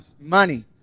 money